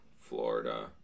Florida